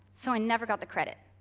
so i never got the credit.